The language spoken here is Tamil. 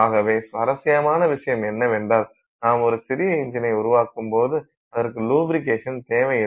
ஆகவே சுவாரஸ்யமான விஷயம் என்னவென்றால் நாம் ஒரு சிறிய இஞ்சினை உருவாக்கும் போது அதற்கு லுப்பிரிக்கேஷன் தேவையில்லை